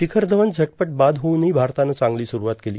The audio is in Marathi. शिखर धवन झटपट बाद होऊनही भारतानं चांगली सुरुवात केली